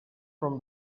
from